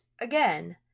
again